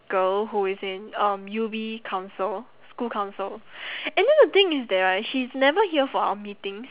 girl who is in um U_B council school council and then the thing is that right she is never here for our meetings